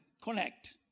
connect